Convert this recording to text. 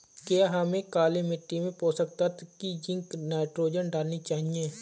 क्या हमें काली मिट्टी में पोषक तत्व की जिंक नाइट्रोजन डालनी चाहिए?